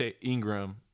Ingram